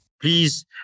please